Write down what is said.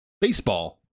Baseball